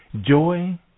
joy